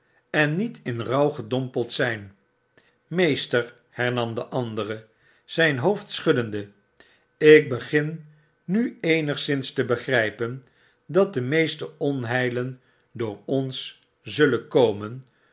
en niet in rouw gedompeld zyn meester hernam de andere zyn hoofd schuddende ik begin nu eenigszins tebegrypen dat de meeste onheilen door ons zullen komen